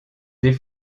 des